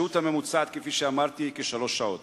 השהות הממוצעת, כפי שאמרתי, היא כשלוש שעות.